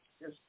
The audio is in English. Yes